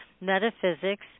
metaphysics